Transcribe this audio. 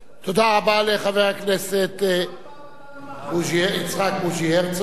תודה רבה לחבר הכנסת יצחק בוז'י הרצוג.